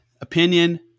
opinion